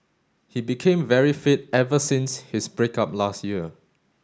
he became very fit ever since his break up last year